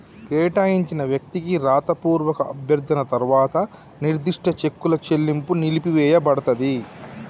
కేటాయించిన వ్యక్తికి రాతపూర్వక అభ్యర్థన తర్వాత నిర్దిష్ట చెక్కుల చెల్లింపు నిలిపివేయపడతది